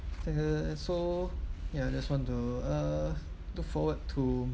uh so ya just want to uh look forward to